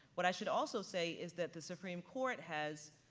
what i should also say is that the supreme court has,